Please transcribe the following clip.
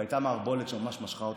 אבל הייתה מערבולת שממש משכה אותה.